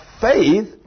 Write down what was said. faith